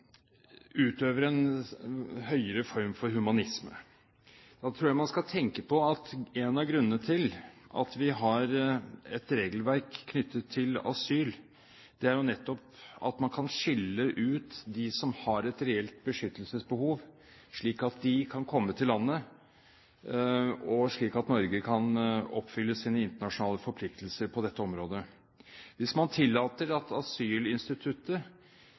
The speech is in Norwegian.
utøver en høyere form for humanisme. Da tror jeg man skal tenke på at en av grunnene til at vi har et regelverk knyttet til asyl, er nettopp at man kan skille ut dem som har et reelt beskyttelsesbehov, slik at de kan komme til landet, og slik at Norge kan oppfylle sine internasjonale forpliktelser på dette området. Hvis man tillater at asylinstituttet